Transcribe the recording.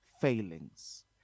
failings